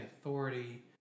authority